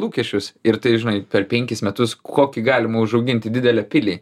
lūkesčius ir tai žinai per penkis metus kokį galima užauginti didelę pilį